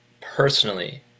personally